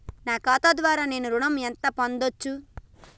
నా ఖాతా ద్వారా నేను ఎంత ఋణం పొందచ్చు?